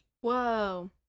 whoa